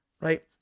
right